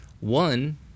One